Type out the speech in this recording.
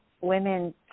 women